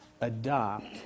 adopt